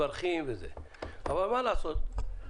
אבל מה לעשות,